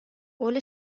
قول